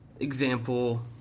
Example